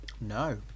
No